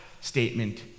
statement